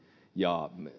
ja